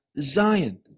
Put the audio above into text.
Zion